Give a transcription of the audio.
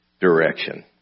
direction